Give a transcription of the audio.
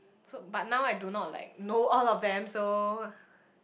so but now I do not like know all of them so